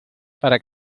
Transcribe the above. para